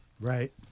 Right